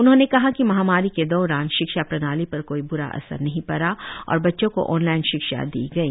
उन्होंने कहा कि महामारी के दौरान शिक्षा प्रणाली पर कोई बूरा असर नहीं पडा और बच्चों को ऑन लाइन शिक्षा दी गई